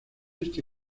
este